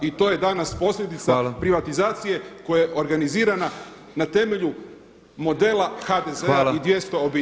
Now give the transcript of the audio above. I to je danas posljedica privatizacije koja je organizirana na temelju modela HDZ-a i 200 obitelji.